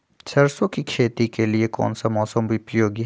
सरसो की खेती के लिए कौन सा मौसम उपयोगी है?